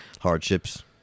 hardships